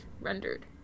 rendered